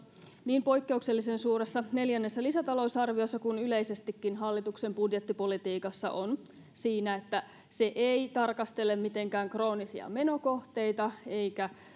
niin poikkeuksellisen suuressa neljännessä lisätalousarviossa kuin yleisestikin hallituksen budjettipolitiikassa on siinä että se ei tarkastele mitenkään kroonisia menokohteita eikä